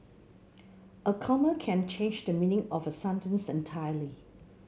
a comma can change the meaning of a sentence entirely